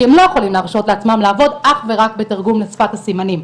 כי הם לא יכולים להרשות לעצמם לעבוד אך ורק בתרגום לשפת הסימנים.